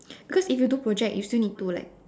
cause if you do project you still need to like